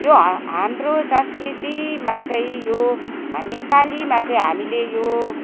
यो हा हाम्रो संस्कृतिमा चाहिँ यो नेपालीमा चाहिँ हामीले यो